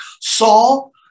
Saul